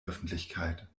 öffentlichkeit